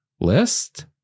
list